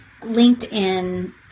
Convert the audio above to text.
LinkedIn